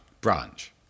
Branch